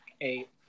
Eight